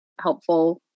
helpful